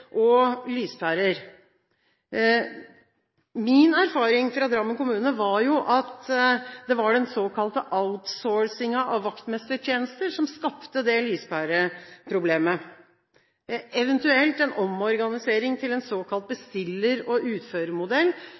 var den såkalte «outsourcingen» av vaktmestertjenester som skapte lyspæreproblemet, eventuelt en omorganisering til en såkalt